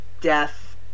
death